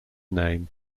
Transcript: name